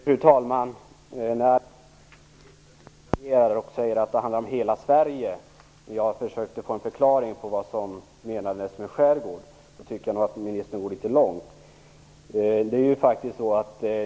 Fru talman! Jag försökte få en förklaring på vad som menas med begreppet skärgård. Arbetsmarknadsministern raljerar då och säger att mitt förslag till definition handlar om hela Sverige. Jag tycker nog att ministern går litet långt.